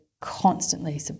constantly